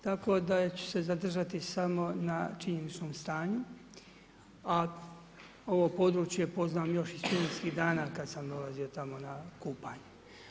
Tako da ću se zadržati samo na činjeničnom stanju, a ovo područje poznam još iz studentskih dana kad sam dolazio tamo na kupanje.